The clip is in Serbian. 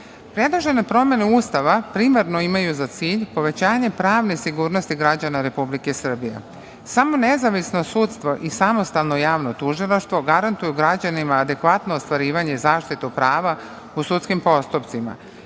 Predložene promene Ustava primarno imaju za cilj povećanje pravne sigurnosti građana Republike Srbije. Samo nezavisno sudstvo i samostalno javno tužilaštvo garantuju građanima adekvatno ostvarivanje zaštite prava u sudskim postupcima.